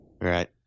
Right